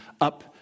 up